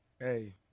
hey